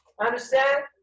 Understand